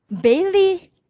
Bailey